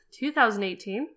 2018